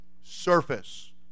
surface